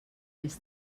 més